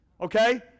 okay